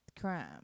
crime